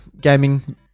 gaming